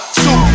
two